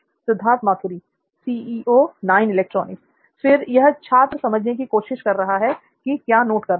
सिद्धार्थ मातुरी फिर छात्र यह समझने की कोशिश कर रहा है कि क्या नोट करना है